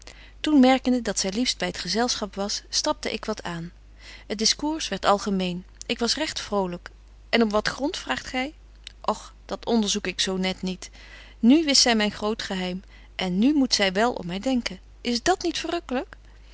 toen merkende dat zy liefst by het gezelschap was stapte ik wat aan het discours werdt algemeen ik was regt vrolyk en op wat grond vraagt gy och dat onderzoek ik zo net niet nu wist zy myn groot geheim en nu moet zy wel om my denken is dat niet verrukkelyk